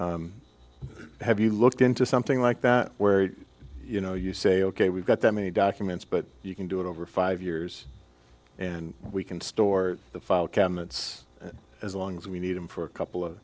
sure have you looked into something like that where you know you say ok we've got that many documents but you can do it over five years and we can store the file cabinets as long as we need them for a couple of